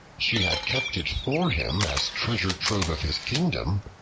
she had kept it for him as treasure trove of his kingdom,